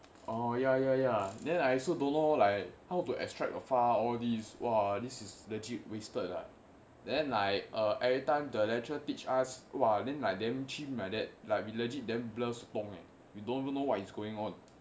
orh ya ya ya then I also don't know like how to extract a file all these !wah! this is legit wasted lah then like uh everytime the lecturer teach us !wah! then like damn chim like that we legit damn blur sotong eh we don't even know what is going on